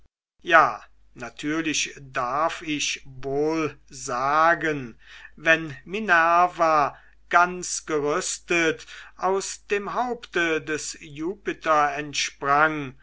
ja natürlich darf ich wohl sagen wenn minerva ganz gerüstet aus dem haupte des jupiter entsprang